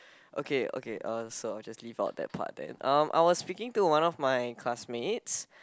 okay okay uh so I'll just leave out that part then um I was speaking to one of my classmates